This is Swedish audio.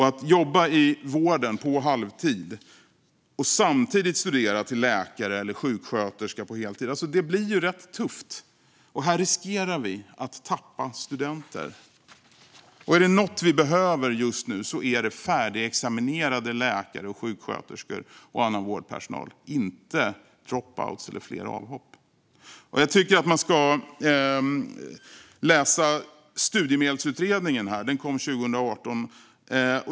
Att jobba i vården på halvtid och samtidigt studera till lärare eller sjuksköterska på heltid blir rätt tufft. Här riskerar vi att tappa studenter, och är det något vi behöver just nu är det färdigexaminerade läkare, sjuksköterskor och annan vårdpersonal - inte drop-outs eller fler avhopp. Jag tycker att man ska läsa studiemedelsutredningen som kom 2018.